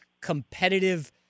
competitive